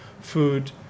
food